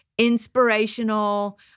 Inspirational